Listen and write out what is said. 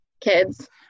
kids